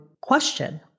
question